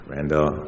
Randall